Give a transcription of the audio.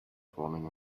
falling